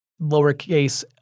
lowercase